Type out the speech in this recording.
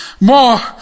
more